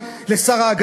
לשר החוץ האמריקני,